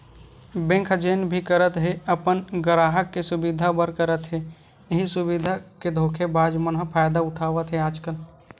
bank ह जेन भी करत हे अपन गराहक के सुबिधा बर करत हे, इहीं सुबिधा के धोखेबाज मन ह फायदा उठावत हे आजकल